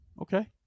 Okay